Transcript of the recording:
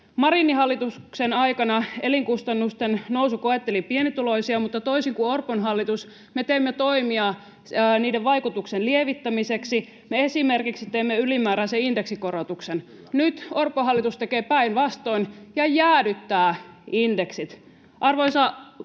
Marinin hallituksen aikana elinkustannusten nousu koetteli pienituloisia, mutta toisin kuin Orpon hallitus, me teimme toimia niiden vaikutuksen lievittämiseksi. Me esimerkiksi teimme ylimääräisen indeksikorotuksen. Nyt Orpon hallitus tekee päinvastoin ja jäädyttää indeksit.